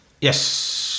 Yes